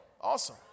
Awesome